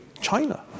China